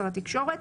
שר התקשורת,